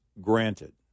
granted